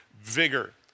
vigor